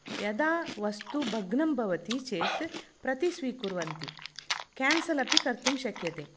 यदा वस्तु भग्नं भवति चेत् प्रतिस्वीकुर्वन्ति केन्सल् अपि कर्तुं शक्यते